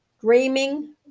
Dreaming